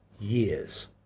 years